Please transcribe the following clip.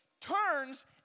turns